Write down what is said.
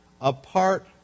Apart